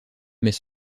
mais